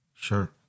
Sure